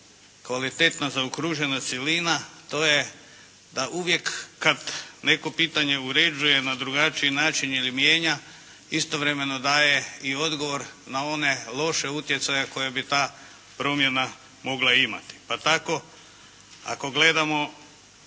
kvalitetna zaokružena cjelina to je da uvijek kad netko pitanje uređuje na drugačiji način ili mijenja istovremeno daje i odgovor na one loše utjecaje koje bi ta promjena mogla imati. Pa tako ako gledamo